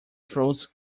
throws